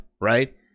right